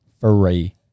Free